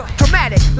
dramatic